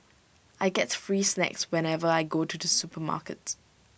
I get free snacks whenever I go to the supermarket